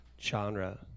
genre